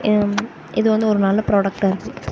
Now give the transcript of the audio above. இது வந்து ஒரு நல்ல ப்ராடக்டா இருக்கு